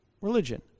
religion